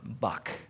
buck